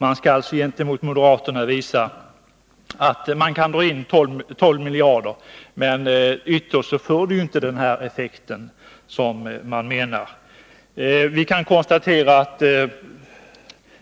Man skall alltså visa moderaterna att man kan dra in 12 miljarder.